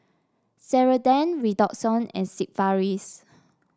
Ceradan Redoxon and Sigvaris